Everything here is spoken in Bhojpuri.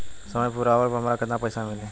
समय पूरा होला पर हमरा केतना पइसा मिली?